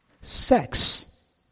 Sex